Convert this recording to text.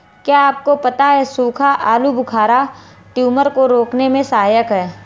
क्या आपको पता है सूखा आलूबुखारा ट्यूमर को रोकने में सहायक है?